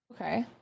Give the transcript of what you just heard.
Okay